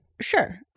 Sure